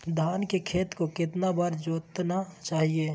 धान के खेत को कितना बार जोतना चाहिए?